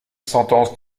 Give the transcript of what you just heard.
sentence